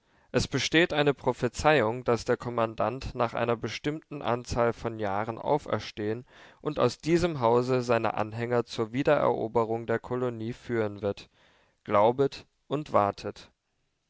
es besteht eine prophezeiung daß der kommandant nach einer bestimmten anzahl von jahren auferstehen und aus diesem hause seine anhänger zur wiedereroberung der kolonie führen wird glaubet und wartet